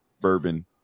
bourbon